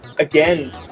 Again